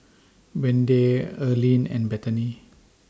Wende Earline and Bethany